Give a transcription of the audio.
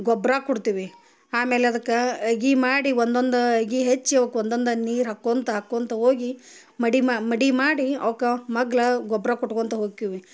ಗೊಬ್ರ ಕೊಡ್ತೀವಿ ಆಮೇಲೆ ಅದಕ್ಕೆ ಅಗೀ ಮಾಡಿ ಒಂದೊಂದು ಅಗಿ ಹೆಚ್ಚಿ ಅವಕ್ಕೆ ಒಂದೊಂದು ನೀರು ಹಾಕೊತಾ ಹಾಕೊತಾ ಹೋಗಿ ಮಡಿ ಮ ಮಡಿ ಮಾಡಿ ಅವ್ಕ ಮಗ್ಲ ಗೊಬ್ಬರ ಕೊಟ್ಕೊತಾ ಹೋಕ್ಕೀವಿ